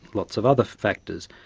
lots of other factors.